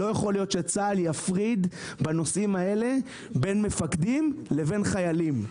לא יכול להיות שצה"ל יפריד בנושאים האלה בין מפקדים לבין חיילים.